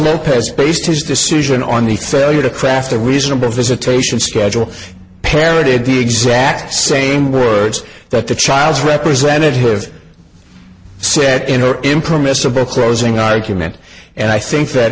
know pez based his decision on the failure to craft a reasonable visitation schedule parroted the exact same words that the child's representative said in her impermissible closing argument and i think that